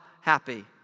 happy